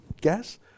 guess